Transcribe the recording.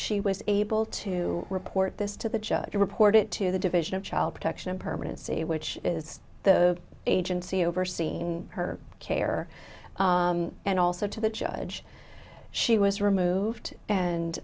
she was able to report this to the judge to report it to the division of child protection and permanency which is the agency overseeing her care and also to the judge she was removed